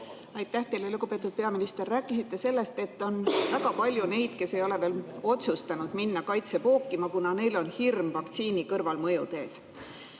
Aitäh teile! Lugupeetud peaminister! Te rääkisite sellest, et on väga palju neid, kes ei ole veel otsustanud minna kaitsepookima, kuna neil on hirm vaktsiini kõrvalmõjude ees.